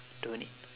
don't need